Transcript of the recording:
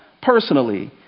personally